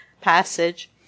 passage